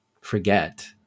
forget